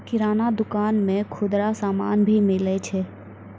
किराना दुकान मे खुदरा समान भी मिलै छै